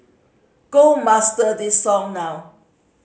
go master this song now